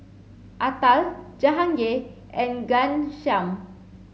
Atal Jahangir and Ghanshyam